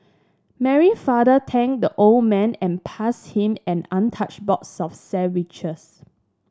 Mary father thanked the old man and passed him an untouched box of sandwiches